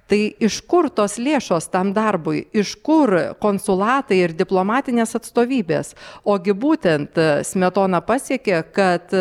tai iš kur tos lėšos tam darbui iš kur konsulatai ir diplomatinės atstovybės ogi būtent smetona pasiekė kad